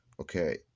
Okay